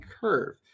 curve